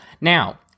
Now